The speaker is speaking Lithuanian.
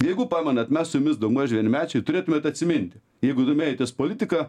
jeigu pamenat mes su jumis daug maž vienmečiai turėtumėt atsiminti jeigu domėjotės politika